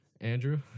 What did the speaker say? Andrew